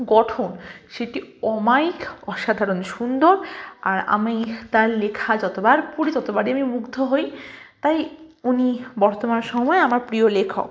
গঠন সেটি অমায়িক অসাধারণ সুন্দর আর আমি তার লেখা যতোবার পড়ি ততবারই আমি মুগ্ধ হই তাই উনি বর্তমান সময়ে আমার প্রিয় লেখক